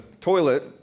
toilet